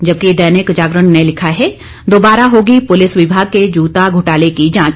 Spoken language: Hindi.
जबकि दैनिक जागरण ने लिखा है दोबारा होगी पुलिस विभाग के जूता घोटाले की जांच